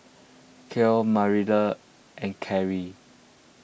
Carlyle Marilynn and Claire